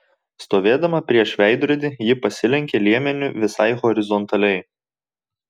stovėdama prieš veidrodį ji pasilenkė liemeniu visai horizontaliai